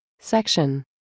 Section